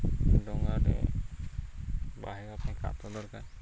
ଡଙ୍ଗାଟେ ବାହେବା ପାଇଁ କାଠ ଦରକାର